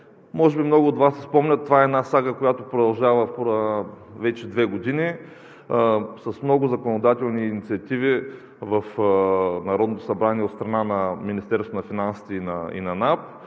Може би много от Вас си спомнят – това е една сага, която продължава вече две години с много законодателни инициативи в Народното събрание от страна на Министерството на финансите и на НАП,